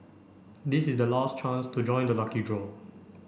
this is the last chance to join the lucky draw